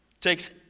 takes